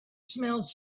smells